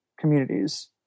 communities